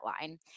line